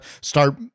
start –